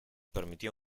permitió